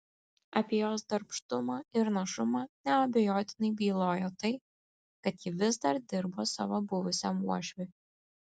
apie jos darbštumą ir našumą neabejotinai bylojo tai kad ji vis dar dirbo savo buvusiam uošviui